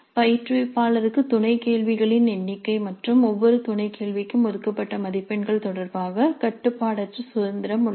பயிற்றுவிப்பாளருக்கு துணை கேள்விகளின் எண்ணிக்கை மற்றும் ஒவ்வொரு துணை கேள்விக்கும் ஒதுக்கப்பட்ட மதிப்பெண்கள் தொடர்பாக கட்டுப்பாடற்ற சுதந்திரம் உள்ளது